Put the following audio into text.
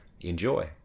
Enjoy